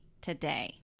today